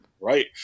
Right